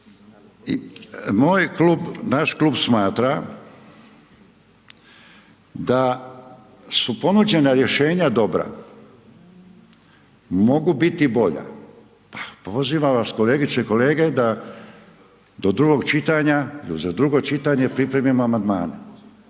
Moj klub, naš klub smatra da su ponuđena rješenja dobra. Mogu biti bolja. Pozivam vas kolegice da do drugog čitanja, da za drugo čitanje pripremimo amandmane.